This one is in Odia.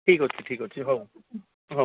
ଠିକ୍ ଅଛି ଠିକ୍ ଅଛି ହଉ ହଉ